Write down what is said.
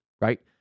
right